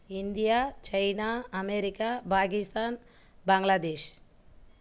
India China America Pakistan Bangladesh